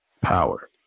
power